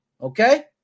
okay